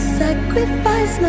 sacrifice